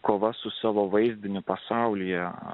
kova su savo vaizdinių pasaulyje